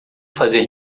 fazer